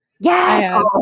Yes